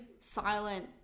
silent